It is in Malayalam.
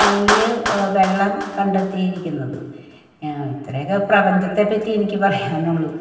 അതിൽ വെള്ളം കണ്ടെന്തിയിരിക്കുന്നത് ഇത്രയെക്കെ പ്രപഞ്ചത്തെപ്പറ്റി എനിക്ക് പറയാനുള്ളു